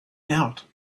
out